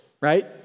right